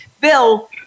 Bill